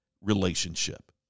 relationship